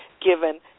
given